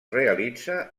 realitza